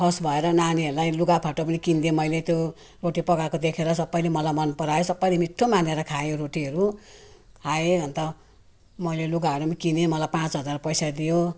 first भएर नानीहरूलाई लुगाफाटो पनि किनिदिएँ मैले त्यो रोटी पकाएको देखेर सबैले मलाई मन परायो सबैले मिठो मानेर खायो रोटीहरू खाए अनि त मैले लुगाहरू पनि किनेँ मलाई पाँच हजार पैसा दियो